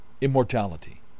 immortality